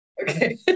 okay